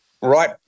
right